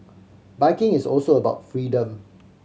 biking is also about freedom